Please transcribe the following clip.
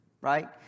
right